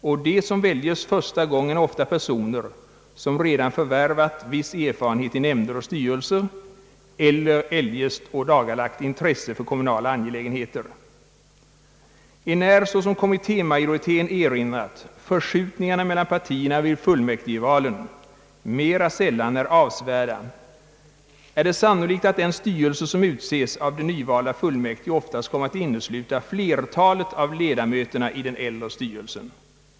Och de som väljes första gången är ofta personer, som redan förvärvat viss erfarenhet i nämnder och styrelser eller eljest ådagalagt intresse för kommunala angelägenheter. Enär såsom kommittémajoriteten erinrat förskjutningarna mellan partierna vid fullmäktigvalen mera sällan är avsevärda, är det sannolikt, att den styrelse, som utses av de nyvalda fullmäktige, oftast kommer att innesluta flertalet av ledamöterna i den äldre styrelsen.